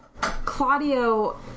Claudio